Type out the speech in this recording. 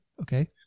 Okay